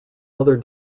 other